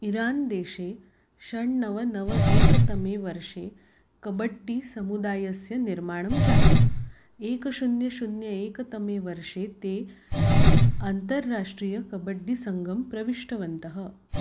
Iran देशे षट् नव नव एकतमे वर्षे कबड्डी समुदायस्य निर्माणं जातम् एकं शून्यं शून्यं एकतमे वर्षे ते अन्तर्राष्ट्रीयकबड्डिसङ्गं प्रविष्टवन्तः